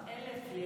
אלף לילה ולילה.